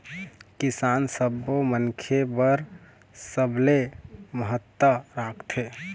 किसान सब्बो मनखे बर सबले महत्ता राखथे